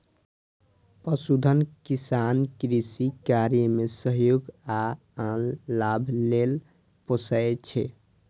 पशुधन किसान कृषि कार्य मे सहयोग आ आन लाभ लेल पोसय छै